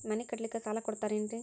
ಮನಿ ಕಟ್ಲಿಕ್ಕ ಸಾಲ ಕೊಡ್ತಾರೇನ್ರಿ?